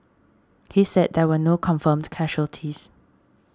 he said there were no confirmed casualties